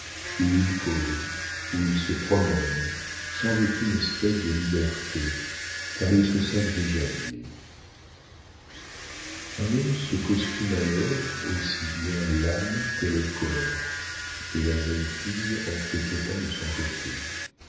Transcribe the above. où ils causent où ils se promènent sans aucune espèce de liberté car ils se savent déjà liés un homme se costume alors aussi bien l'âme que le corps et la jeune fille en fait autant de son côté